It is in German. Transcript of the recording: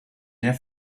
der